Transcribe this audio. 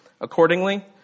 Accordingly